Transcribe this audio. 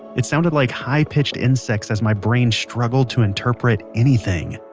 it sounded like high-pitched insects as my brain struggled to interpret anything.